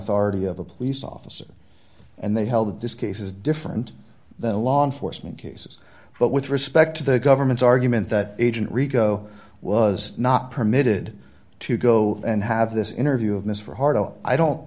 authority of a police officer and they held that this case is different than law enforcement cases but with respect to the government's argument that agent rico was not permitted to go and have this interview of